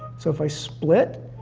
so if i split,